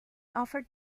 offered